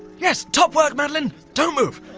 yes! top work, madeleine! don't move!